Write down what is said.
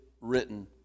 written